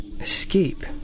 Escape